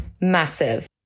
Massive